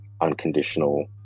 unconditional